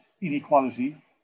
inequality